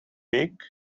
week